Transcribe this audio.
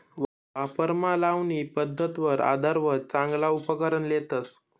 वावरमा लावणी पध्दतवर आधारवर चांगला उपकरण लेतस